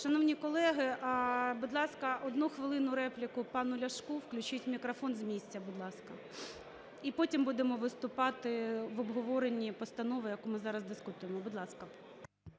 Шановні колеги, будь ласка, одну хвилину, репліка, пану Ляшку. Включіть мікрофон з місця, будь ласка. І потім будемо виступати в обговоренні постанови, яку ми зараз дискутуємо. Будь ласка.